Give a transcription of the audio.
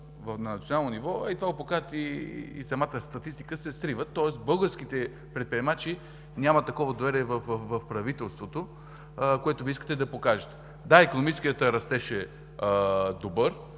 на национално ниво, а това го показва и самата статистика, се срива. Тоест българските предприемачи нямат такова доверие в правителството, което Вие искате да покажете. Да, икономическият растеж е